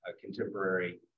contemporary